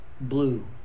Blue